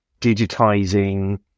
digitizing